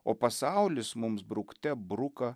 o pasaulis mums brukte bruka